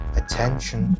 attention